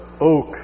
oak